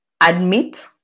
admit